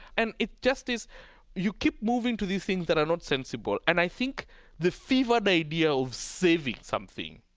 and it just is you keep moving to these things that are not sensible. and i think the fevered idea of saving something,